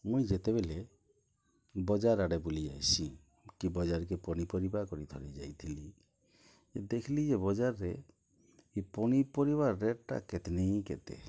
ମୁଇଁ ଯେତେବେଲେ ବଜାର ଆଡ଼େ ବୁଲି ଯାଏସି କି ବଜାରକେ ପନିପରିବା କରିଥରି ଯାଇଥିଲି ଦେଖିଲି ଯେ ବଜାରରେ ଇ ପନିପରିବା ରେଟଟା କେତେ ନେହିଁ କେତେ